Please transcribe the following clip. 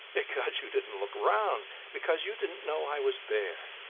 because you didn't look round because you didn't know i was there.